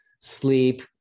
sleep